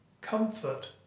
Comfort